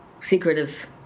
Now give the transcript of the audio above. secretive